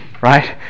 right